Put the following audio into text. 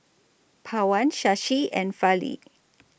Pawan Shashi and Fali